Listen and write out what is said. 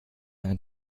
einen